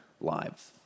lives